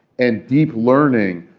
and deep learning,